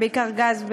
בעיקר גז,